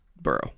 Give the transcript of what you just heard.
borough